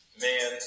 man